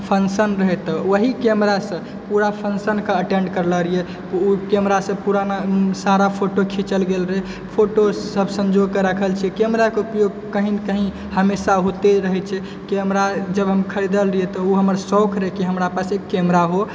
function रहै तऽ ओहि कैमरा से पुरा फक्शनके अटेण्ड करलो रहियै ओ कैमरा से पुराना सारा फोटो खिचल गेल रहै फोटो सब संजो कऽ राखल छै कैमराके उपयोग कही ने कही हमेशा होइते रहै छै कैमरा जब हम खरीदले रहियै तऽ ओ हमर शौक रहै जे हमरा पास एगो कैमरा हो